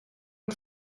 had